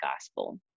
gospel